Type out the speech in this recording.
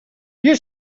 you